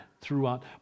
throughout